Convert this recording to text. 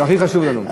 זה הכי חשוב לנו.